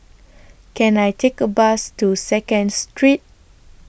Can I Take A Bus to Second Street